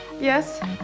Yes